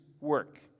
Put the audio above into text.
work